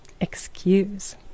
excuse